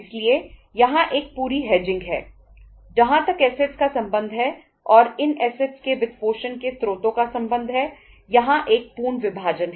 इसलिए यहां एक पूरी हेजिंग के वित्तपोषण के स्रोतों का संबंध है यहां एक पूर्ण विभाजन है